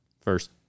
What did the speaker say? first